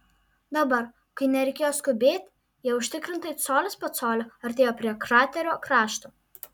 dabar kai nereikėjo skubėti jie užtikrintai colis po colio artėjo prie kraterio krašto